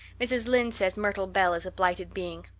mrs. lynde says myrtle bell is a blighted being.